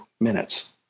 minutes